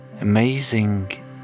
amazing